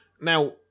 Now